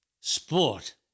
Sport